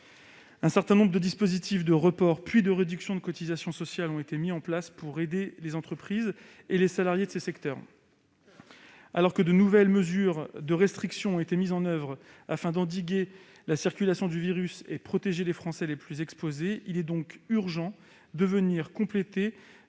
Un certain nombre de dispositifs de report, puis de réduction des cotisations sociales ont été mis en place pour aider les entreprises et les salariés de ces secteurs. Alors que de nouvelles mesures de restriction de l'activité ont été mises en oeuvre afin d'endiguer la circulation du virus et de protéger les Français les plus exposés, il est urgent de venir compléter